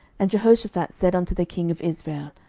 and jehoshaphat said unto the king of israel,